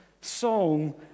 song